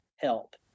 Help